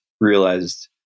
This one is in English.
realized